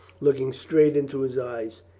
looking straight into his eyes.